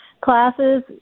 classes